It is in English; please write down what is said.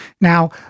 Now